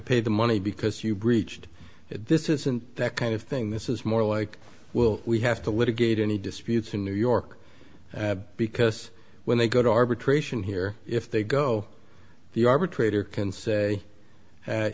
pay the money because you breached this isn't that kind of thing this is more like will we have to litigate any disputes in new york because when they go to arbitration here if they go the arbitrator can say